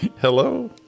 hello